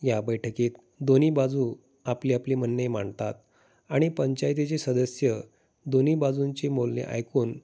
या बैठकीत दोन्ही बाजू आपली आपली म्हणणं ही मांडतात आणि पंचायतीचे सदस्य दोन्ही बाजूंची बोलणे ऐकून